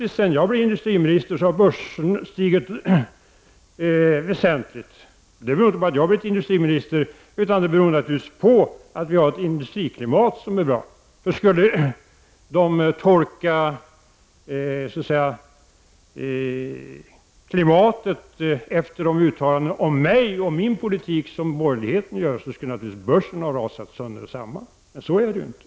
Sedan jag blev industriminister har börsvärdet faktiskt stigit väsentligt. Det beror inte på att jag har blivit industriminister, utan det beror naturligtvis på att vi har ett industriklimat som är bra. Skulle man bedöma näringslivsklimatet efter de uttalanden som gjorts om mig och min politik från borgerligheten borde börsen naturligtvis ha rasat samman. Men så är det ju inte.